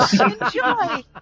Enjoy